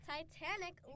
Titanic